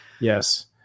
Yes